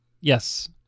Yes